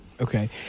Okay